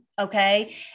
Okay